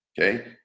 Okay